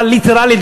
ליטרלית,